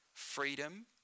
freedom